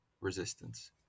resistance